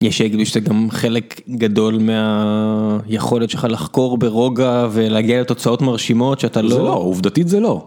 ישג שזה גם חלק גדול מהיכולת שלך לחקור ברוגע ולהגיע לתוצאות מרשימות שאתה לא עובדתית זה לא.